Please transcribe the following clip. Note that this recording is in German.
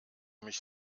mich